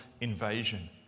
invasion